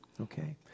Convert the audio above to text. Okay